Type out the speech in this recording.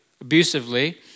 abusively